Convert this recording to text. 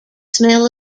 smell